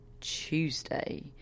Tuesday